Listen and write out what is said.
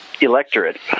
electorate